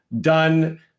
done